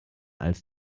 als